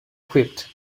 quipped